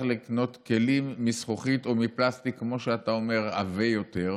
לקנות כלים מזכוכית או מפלסטיק עבה יותר,